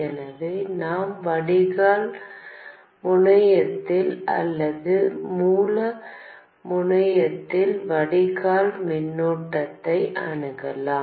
எனவே நாம் வடிகால் முனையத்தில் அல்லது மூல முனையத்தில் வடிகால் மின்னோட்டத்தை அணுகலாம்